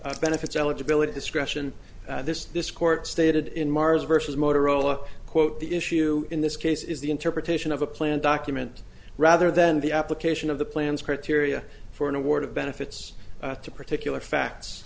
from benefits eligibility discretion this this court stated in mars versus motorola quote the issue in this case is the interpretation of a plan document rather than the application of the plans pretty area for an award of benefits to particular facts